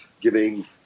giving